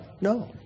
No